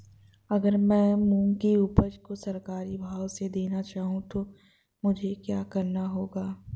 अगर मैं मूंग की उपज को सरकारी भाव से देना चाहूँ तो मुझे क्या करना होगा?